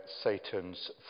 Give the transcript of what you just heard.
Satan's